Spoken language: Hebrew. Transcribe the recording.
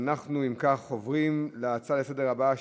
נעבור להצבעה.